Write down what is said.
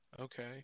okay